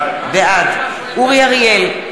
בעד אורי אריאל,